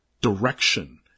direction